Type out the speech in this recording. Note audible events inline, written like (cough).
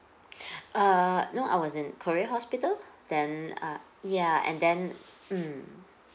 (breath) err no I was in korea hospital then uh ya and then mm